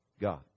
God